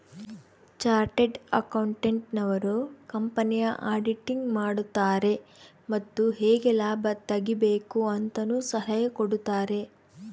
chartered accountant ನವರು ಕಂಪನಿಯ auditing ಮಾಡುತಾರೆ ಮತ್ತು ಹೇಗೆ ಲಾಭ ತೆಗಿಬೇಕು ಅಂತನು ಸಲಹೆ ಕೊಡುತಾರೆ